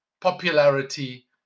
popularity